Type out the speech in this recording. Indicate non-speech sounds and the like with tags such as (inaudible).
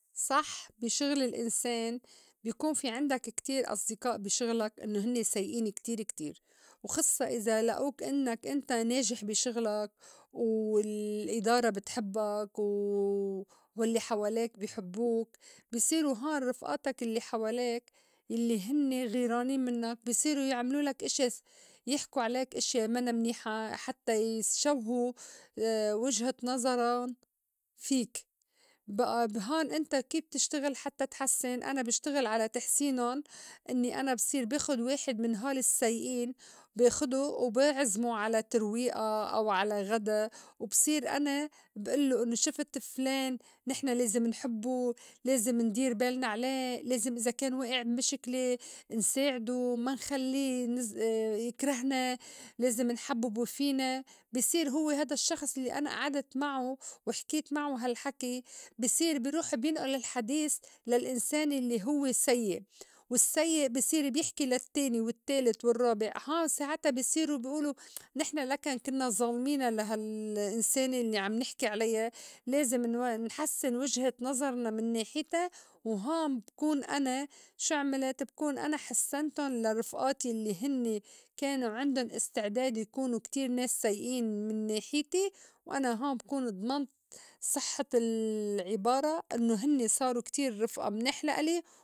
صح بي شغل الإنسان بي كون في عندك كتير أصدقاء بي شغلك إنو هنّي سيئين كتير كتير وخصّا إذا لئوك إنّك إنت ناجح بي شغلك وال- الإدارة بتحبّك و والّي حواليك بي حبوّك بصيرو هون رفئاتك الّي حواليك يلّي هنّي غيرانين منّك بصيرو يعملولك إشيا يحكو عليك إشيا مِنا منيحة حتّى يشوهو وجهة نظرٌ فيك. بئى بهون إنت كيف بتشتغل حتّى تحسّن؟ أنا بشتغل على تحسينُن إنّي أنا بصير باخُد واحد من هول السّيئين باخدو وبِعزمو على ترويئة أو على غدا وبصير أنا بئلّو إنّو شفت فلان نحن لازم نحبّو لازم ندير بالنا عليه لازم إذا كان وائع بمِشِكلة نساعدو ما نخلّي نز (unintelligible) يكرهنا لازم نحبِّبو فينا، بصير هوّ هيدا الشّخص الّي أنا أعدت معو وحكيت معو هالحكي بي صير بيروح بينئُل الحديس للإنسان الّي هوّ سيّئ والسيّئ بي صير بيحكي للتّاني والتّالت والرّابع هان ساعتا بصيرو بيئولو نحن لكن كنّا ظالمينا لا هالإنسانة الّي عم نحكي عليّا لازم نو نحسّن وجهة نظرنا من ناحيتا وهان بكون أنا شو عملِت؟ بكون أنا حسّنتُن لرفئاتي يلّي هنّي كانو عندُن استعداد يكونو كتير ناس سيئين من ناحيتي وأنا هون بكون ضَمنْت صحّة ال- العِبارة إنّو هنّي صارو كتير رِفئا مناح لإلي.